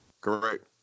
Correct